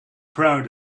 proud